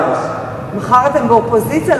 מחר אתם באופוזיציה?